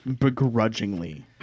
begrudgingly